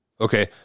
Okay